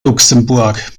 luxemburg